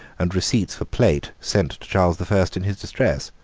and receipts for plate sent to charles the first in his distress.